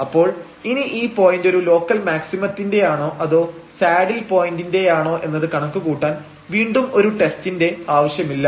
അപ്പോൾ ഇനി ഈ പോയന്റ് ഒരു ലോക്കൽ മാക്സിമത്തിന്റെ ആണോ അതോ സാഡിൽ പോയിന്റിന്റെയാണോ എന്നത് കണക്കുകൂട്ടാൻ വീണ്ടും ഒരു ടെസ്റ്റിന്റെ ആവശ്യമില്ല